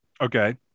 Okay